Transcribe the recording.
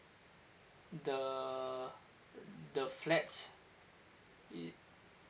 the the flats